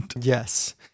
Yes